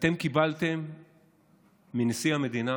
אתם קיבלתם מנשיא המדינה